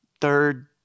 third